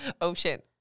Ocean